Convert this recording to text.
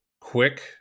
quick